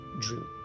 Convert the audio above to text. dream